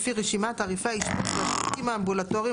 לפי רשימת תעריפי האשפוז והשירותים האמבולטוריים